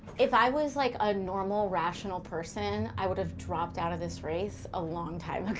if i was, like, a normal, rational person, i would've dropped out of this race a long time